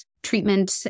treatment